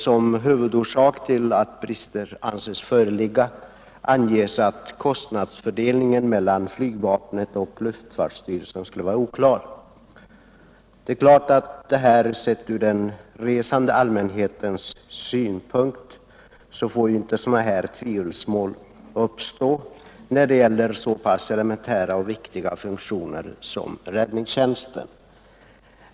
Som huvudorsak till att brister ansetts föreligga anges att kostnadsfördelningen mellan flygvapnet och luftfartsstyrelsen skulle vara oklar. Sett från den resande allmänhetens synpunkt får inte sådana tvivelsmål uppstå när det gäller så elementära och viktiga funktioner som räddningstjänsten.